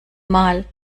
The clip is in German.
mal